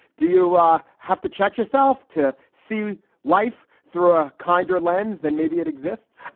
do you ah have to check yourself to see life through a kinder lens than maybe it exists?